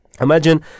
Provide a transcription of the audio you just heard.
Imagine